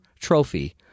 trophy